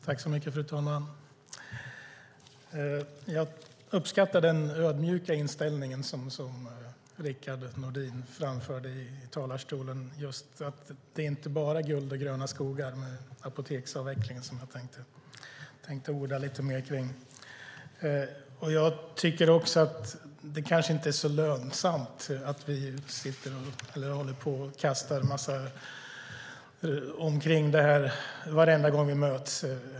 Fru talman! Jag uppskattar den ödmjuka inställning Rickard Nordin hade i talarstolen just när det gäller att det inte bara är guld och gröna skogar med apoteksavvecklingen, som jag tänkte orda lite mer om. Jag tycker kanske inte att det är så fruktsamt att vi håller på och kastar detta fram och tillbaka varenda gång vi möts.